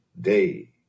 day